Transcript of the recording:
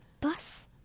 bus